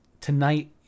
tonight